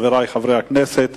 חברי חברי הכנסת,